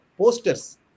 posters